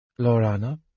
Lorana